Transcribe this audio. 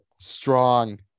Strong